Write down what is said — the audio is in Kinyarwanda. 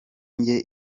njye